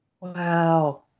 Wow